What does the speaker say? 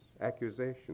accusations